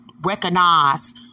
recognize